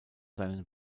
seinen